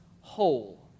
whole